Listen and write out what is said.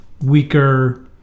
weaker